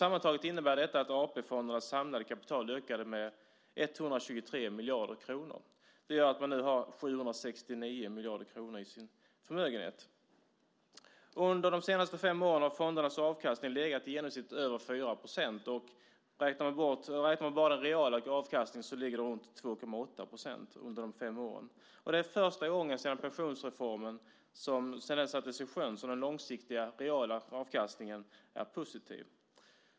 Sammantaget innebär detta att AP-fondernas samlade kapital ökade med 123 miljarder kronor. Det gör att man nu har 769 miljarder kronor i sin förmögenhet. Under de senaste fem åren har fondernas avkastning legat på i genomsnitt över 4 %. Och om man räknar bara den reala avkastningen så ligger den på omkring 2,8 % under dessa fem år. Och det är första gången sedan pensionsreformen sattes i sjön som den långsiktiga reala avkastningen är positiv.